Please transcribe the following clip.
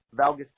valgus